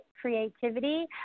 creativity